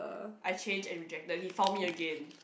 I changed and rejected he found me again